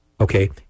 okay